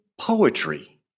poetry